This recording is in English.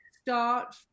start